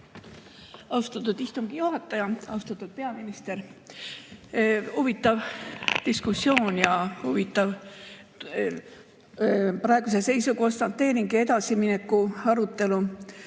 Austatud istungi juhataja! Austatud peaminister! Huvitav diskussioon ja huvitav praeguse seisu konstateering ja edasimineku arutelu.